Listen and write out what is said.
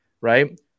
Right